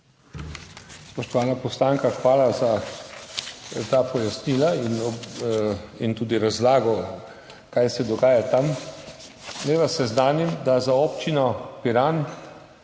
Spoštovana poslanka, hvala za ta pojasnila in tudi razlago, kaj se dogaja tam. Naj vas seznanim, da je za Občino Piran